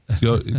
go